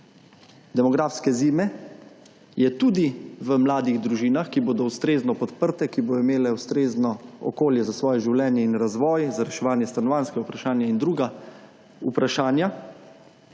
demografske zime je tudi v mladih družinah, ki bodo ustrezno podprte, ki bodo imele ustrezno okolje za svoje življenje in razvoj, za reševanje stanovanjskega vprašanja in druga vprašanja.